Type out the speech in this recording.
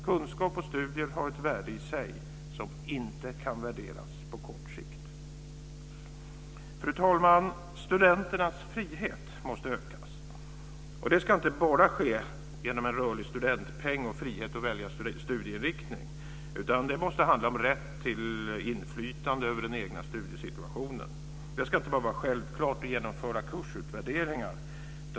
Kunskap och studier har ett värde i sig, som inte kan värderas på kort sikt. Fru talman! Studenternas frihet måste ökas. Det ska inte bara ske genom en rörlig studentpeng och frihet att välja studieinriktning. Det måste handla om rätt till inflytande över den egna studiesituationen. Det ska inte bara vara självklart att genomföra kursutvärderingar.